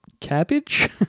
cabbage